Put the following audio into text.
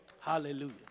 Hallelujah